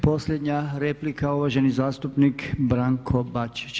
Posljednja replika, uvaženi zastupnik Branko Bačić.